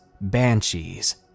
banshees